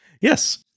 Yes